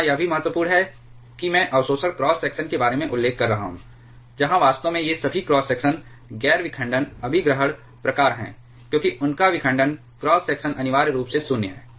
यहां यह भी महत्वपूर्ण है कि मैं अवशोषण क्रॉस सेक्शन के बारे में उल्लेख कर रहा हूं जहां वास्तव में ये सभी क्रॉस सेक्शन गैर विखंडन अभिग्रहण प्रकार हैं क्योंकि उनका विखंडन क्रॉस सेक्शन अनिवार्य रूप से 0 है